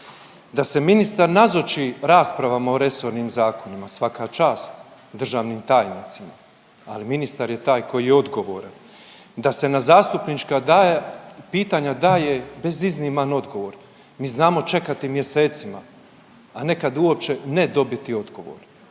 da se ministar nazoči raspravama o resornim zakonima. Svaka čast državnim tajnicima, ali ministar je taj koji je odgovoran. Da se na zastupnička pitanja daje bezizniman odgovor. Mi znamo čekati mjesecima, a nekad uopće ne dobiti odgovor.